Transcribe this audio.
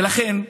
ולכן,